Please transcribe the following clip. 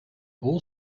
all